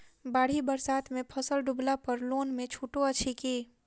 बाढ़ि बरसातमे फसल डुबला पर लोनमे छुटो अछि की